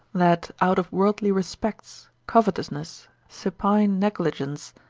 that out of worldly respects, covetousness, supine negligence,